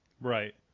Right